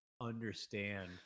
understand